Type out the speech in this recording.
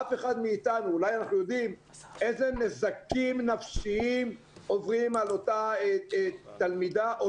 אף אחד מאתנו לא יודע איזה נזקים נפשיים עוברים על אותה תלמידה או